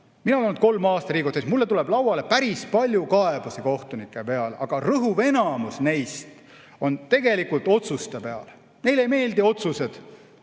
Mina olen olnud kolm aastat Riigikohtu esimees, mulle tuleb lauale päris palju kaebusi kohtunike peale, aga rõhuv enamus neist on tegelikult otsuste peale. Otsus ei meeldi ja need